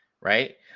right